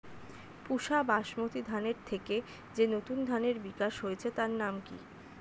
পুসা বাসমতি ধানের থেকে যে নতুন ধানের বিকাশ হয়েছে তার নাম কি?